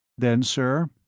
then, sir,